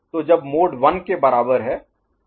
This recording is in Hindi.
तो जब मोड 1 के बराबर है